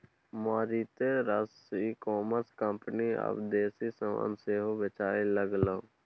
मारिते रास ecommerce company आब देसी समान सेहो बेचय लागलै